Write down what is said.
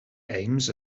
aims